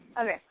Okay